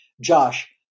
Josh